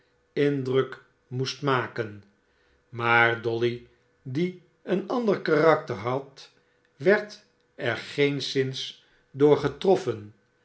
indruk moest maken maar dolly die een ander toakter had werd er geenszins door getroffen